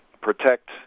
protect